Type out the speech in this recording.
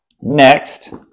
Next